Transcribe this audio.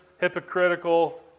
hypocritical